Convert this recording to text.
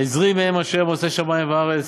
"עזרי מעם ה' עושה שמים וארץ.